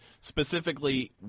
specifically